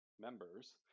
members